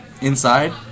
Inside